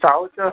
செள செள